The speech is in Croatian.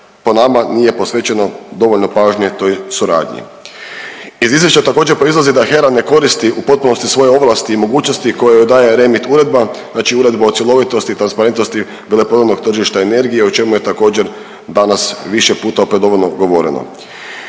po nama nije posvećeno dovoljno pažnje toj suradnji. Iz izvješća također proizlazi da HERA ne koristi u potpunosti svoje ovlasti i mogućnosti koje joj daje REMIT uredba, znači uredba o cjelovitosti i transparentnosti veleprodajnog tržišta energije o čemu je također danas više puta opet dovoljno odgovoreno.